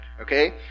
okay